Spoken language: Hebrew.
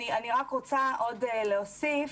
אני רק רוצה עוד להוסיף,